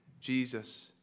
Jesus